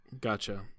Gotcha